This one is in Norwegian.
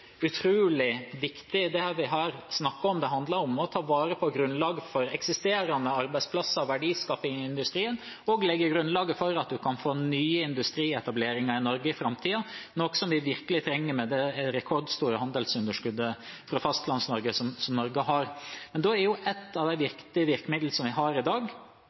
utrolig viktig, det vi her snakker om. Det handler om å ta vare på grunnlaget for eksisterende arbeidsplasser og verdiskaping i industrien, og legge grunnlag for at man kan få nye industrietableringer i Norge i framtiden, noe vi virkelig trenger, med det rekordstore handelsunderskuddet fra Fastlands-Norge som Norge har. Ett av de viktige virkemidlene vi har i dag,